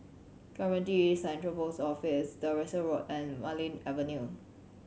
Clementi Central Post Office Devonshire Road and Marlene Avenue